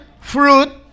fruit